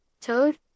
Toad